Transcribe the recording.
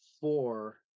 four